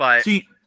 see –